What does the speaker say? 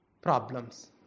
problems